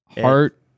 Heart